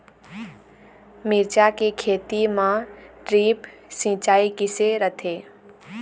मिरचा के खेती म ड्रिप सिचाई किसे रथे?